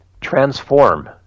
transform